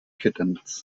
kittens